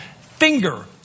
finger